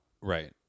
Right